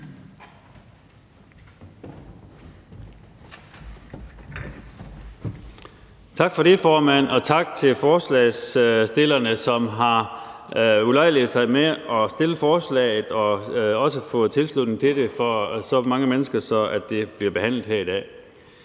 Tak for det, formand, og tak til forslagsstillerne, som har ulejliget sig med at stille forslaget, og som også har fået tilslutning til det fra så mange mennesker, at det bliver behandlet her i dag.